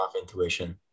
intuition